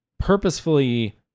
purposefully